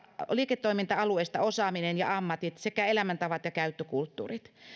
liiketoiminta alueista osaaminen ja ammatit sekä elämäntavat ja käyttökulttuurit